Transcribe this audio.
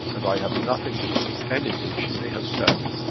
and i have nothing to do with anything she may have said.